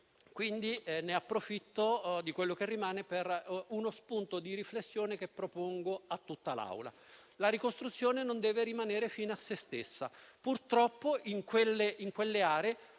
manovra. Approfitto del tempo che rimane per uno spunto di riflessione che propongo a tutta l'Assemblea. La ricostruzione non deve rimanere fine a se stessa. Purtroppo, in quelle aree